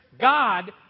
God